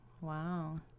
Wow